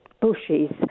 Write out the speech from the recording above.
bushes